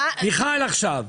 מי נמנע?